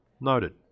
noted